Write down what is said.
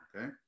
okay